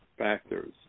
factors